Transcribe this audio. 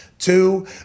two